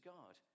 God